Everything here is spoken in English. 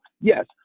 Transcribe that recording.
Yes